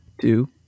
two